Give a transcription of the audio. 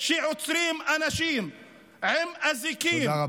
עוצרים אנשים עם אזיקים,